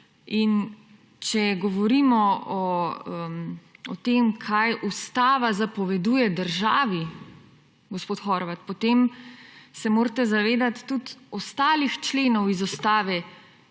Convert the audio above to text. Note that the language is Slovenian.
Če govorimo o tem, kaj ustava zapoveduje državi, gospod Horvat, potem se morate zavedati tudi ostalih členov iz ustave,